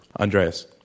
Andreas